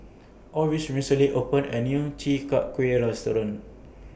Oris recently opened A New Chi Kak Kuih Restaurant